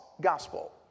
gospel